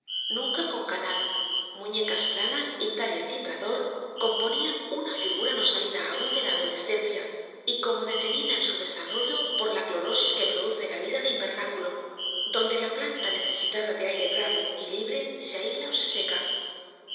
nuca con canal muñecas planas y talle cimbrador componían una figura no salida aún de la adolescencia y como detenida en su desarrollo por la clorosis que produce la vida de invernáculo donde la planta necesitada de aire bravo y libre se ahila ó se seca